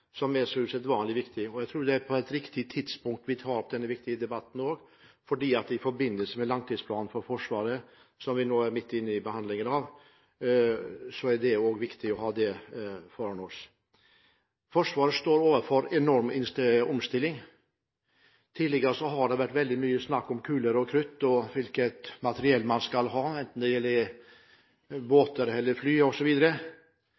er så usedvanlig viktig. Jeg tror vi tar opp denne viktige debatten på et riktig tidspunkt. I forbindelse med langtidsplanen for Forsvaret, som vi nå er midt inne i behandlingen av, er det viktig å ha dette klart for oss. Forsvaret står overfor en enorm omstilling. Tidligere har det vært veldig mye snakk om kuler og krutt og hvilket materiell man skal ha, enten det gjelder